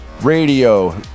Radio